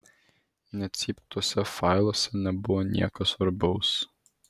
necypk tuose failuose nebuvo nieko svarbaus